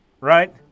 Right